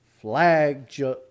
Flag